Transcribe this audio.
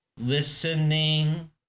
listening